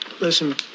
Listen